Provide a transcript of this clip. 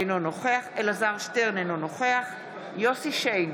אינו נוכח אלעזר שטרן, אינו נוכח יוסף שיין,